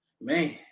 Man